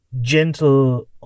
gentle